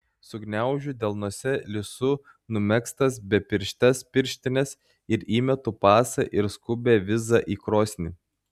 sugniaužiu delnuose lisu numegztas bepirštes pirštines ir įmetu pasą ir skubią vizą į krosnį